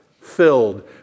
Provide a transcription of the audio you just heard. filled